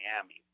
Miami